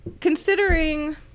Considering